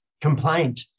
complaint